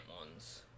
ones